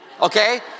Okay